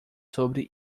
sobre